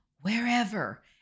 wherever